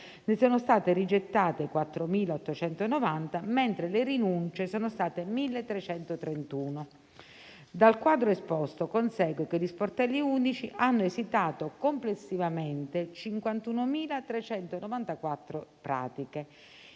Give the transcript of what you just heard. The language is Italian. ne sono state rigettate 4.890, mentre le rinunce sono state 1.331. Dal quadro esposto consegue che gli sportelli unici hanno esitato complessivamente 51.394 pratiche.